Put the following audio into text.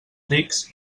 rics